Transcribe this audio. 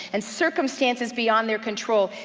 and circumstances beyond their control,